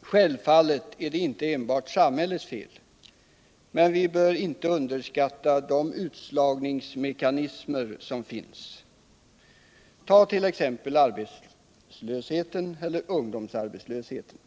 Självfallet är det inte enbart samhällets fel, men vi bör inte underskatta de utslagningsmekanismer som finns. ungdomsarbetslösheten.